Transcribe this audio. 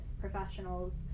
professionals